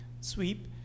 sweep